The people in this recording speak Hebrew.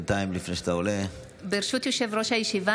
ברשות יושב-ראש הישיבה,